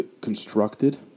constructed